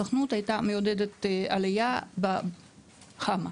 הסוכנות הייתה מעודדת עלייה בחמה,